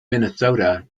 minnesota